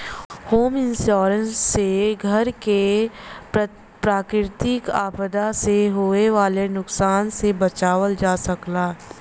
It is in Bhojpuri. होम इंश्योरेंस से घर क प्राकृतिक आपदा से होये वाले नुकसान से बचावल जा सकला